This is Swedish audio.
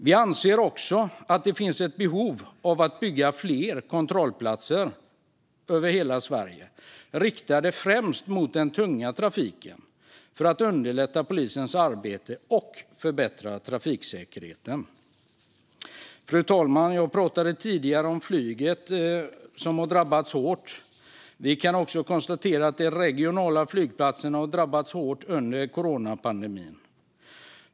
Vi anser också att det finns ett behov av att bygga fler kontrollplatser över hela Sverige, riktade främst mot den tunga trafiken, för att underlätta polisens arbete och förbättra trafiksäkerheten. Fru talman! Jag pratade tidigare om flyget, som har drabbats hårt. Vi kan också konstatera att de regionala flygplatserna har drabbats hårt under coronapandemin.